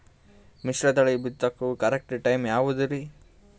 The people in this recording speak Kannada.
ಮಿಶ್ರತಳಿ ಬಿತ್ತಕು ಕರೆಕ್ಟ್ ಟೈಮ್ ಯಾವುದರಿ?